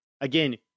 Again